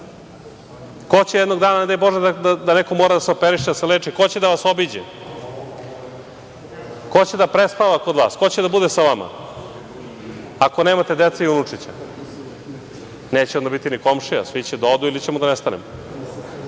Ko će jednog dana, ne daj bože da neko mora da se operiše, da se leči, ko će da vas obiđe? Ko će da prespava kod vas? Ko će da bude sa vama ako nemate dece ni unučiće. Neće onda biti ni komšija, svi će da odu ili ćemo da nestanemo. Toliko